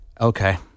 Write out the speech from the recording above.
Okay